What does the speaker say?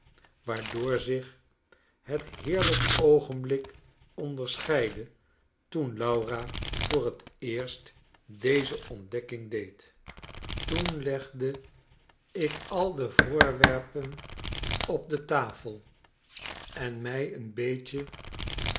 waardoor zich het heerlijk oogenblik onderscheidde toen laura voor t eerst deze ontdekking deed toen legde ik al de voorwerpen op de tafel en my een beetje